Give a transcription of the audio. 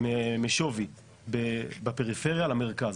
משווי בפריפריה למרכז.